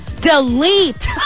Delete